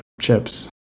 chips